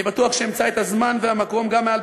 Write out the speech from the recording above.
אני בטוח שאמצא את הזמן והמקום גם מעל